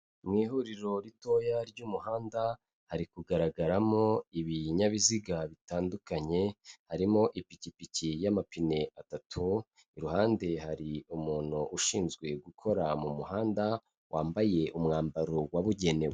Mu ihuriro ritoya ry'umuhanda, hari kugaragaramo ibinyabiziga bitandukanye, harimo ipikipiki y'amapine atatu, iruhande hari umuntu ushinzwe gukora mu muhanda, wambaye umwambaro wabugenewe.